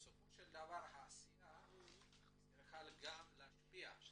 בסופו של דבר העשייה צריכה גם להשפיע על